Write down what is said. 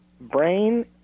brain